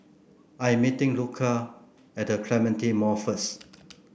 I am meeting Luca at The Clementi Mall first